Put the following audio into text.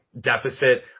deficit